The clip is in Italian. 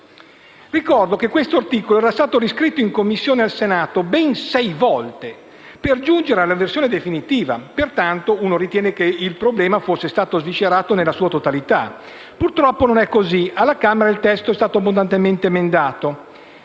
Ricordo che questo articolo era stato riscritto in Commissione al Senato ben sei volte per giungere alla versione definitiva. Pertanto, si potrebbe ritenere che il problema sia stato sviscerato nella sua totalità. Purtroppo, non è così. Alla Camera il testo è stato abbondantemente emendato.